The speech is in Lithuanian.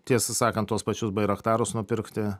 tiesą sakant tuos pačius bairaktarus nupirkti